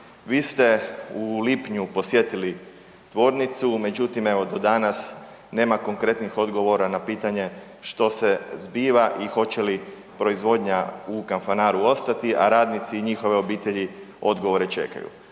Vi ste u lipnju posjetili tvornicu međutim evo do danas nema konkretnih odgovora na pitanje što se zbiva i hoće li proizvodnja u Kanfanaru ostati, a radnici i njihove obitelji odgovore čekaju.